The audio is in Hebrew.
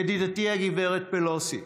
ידידתי הגברת פלוסי,